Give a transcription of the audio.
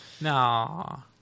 No